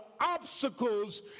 obstacles